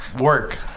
work